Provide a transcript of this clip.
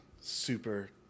super